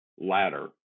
Ladder